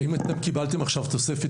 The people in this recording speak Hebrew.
האם אתם קיבלתם לבתי הספר במזרח ירושלים תוספת